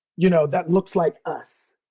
you know? that looks like us.